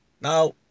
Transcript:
Now